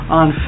on